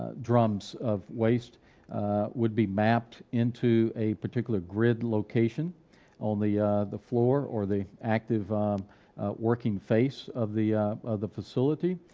ah drums of waste would be mapped into a particular grid location on the the floor, or the active working face of the of the facility